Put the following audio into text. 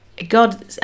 God